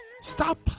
Stop